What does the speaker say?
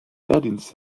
wehrdienst